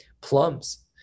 plums